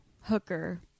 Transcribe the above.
hooker